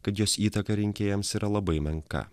kad jos įtaka rinkėjams yra labai menka